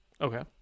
Okay